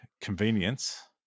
convenience